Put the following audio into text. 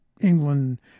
England